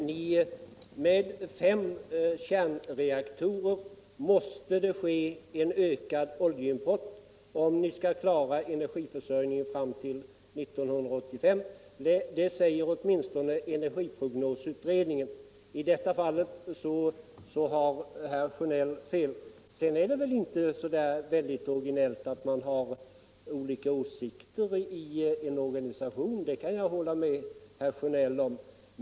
Herr talman! Med fem kärnreaktorer måste det ske en ökad oljeimport, om ni skall klara energiförsörjningen fram till 1985. Det säger åtminstone energiprognosutredningen. I detta fall har herr Sjönell fel. Det är inte så väldigt originellt att man har olika åsikter i en organisation - det kan jag hålla med herr Sjönell om.